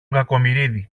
κακομοιρίδη